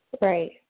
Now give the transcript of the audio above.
Right